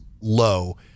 low